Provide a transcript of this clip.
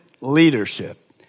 leadership